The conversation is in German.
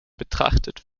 betrachtet